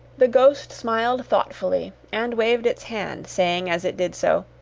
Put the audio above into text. the ghost smiled thoughtfully, and waved its hand saying as it did so,